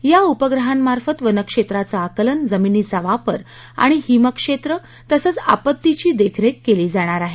या उपग्रहांमार्फत वन क्षेत्राचं आकलन जमिनीचा वापर आणि हिम क्षेत्र तसंच आपत्तीची देखरेख केली जाणार आहे